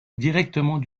directement